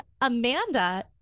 Amanda